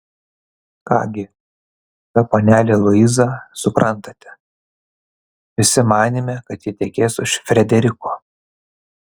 ką gi ta panelė luiza suprantate visi manėme kad ji tekės už frederiko